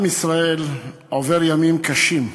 עם ישראל עובר ימים קשים,